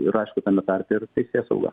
ir aišku tame tarpe ir teisėsauga